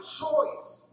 choice